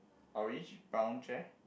orange brown chair